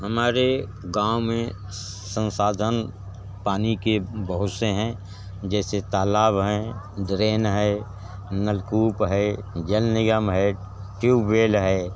हमारे गाँव में संसाधन पानी के बहुत से हैं जैसे तालाब है डरेन है नलकूप है जल निगम है ट्यूबबेल है